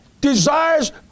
desires